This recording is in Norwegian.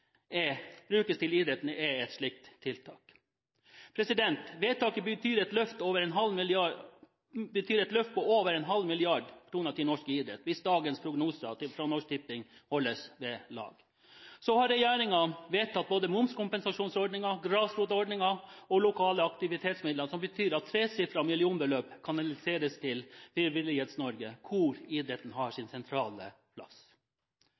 brukes til idretten er et slikt tiltak. Vedtaket betyr et løft på over en halv milliard kroner til norsk idrett, hvis dagens prognose fra Norsk Tipping holdes ved lag. Så har regjeringen vedtatt både momskompensasjonsordningen, grasrotordningen og lokale aktivitetsmidler, som betyr at tresifrede millionbeløp kanaliseres til Frivillighets-Norge – hvor idretten har sin sentrale plass.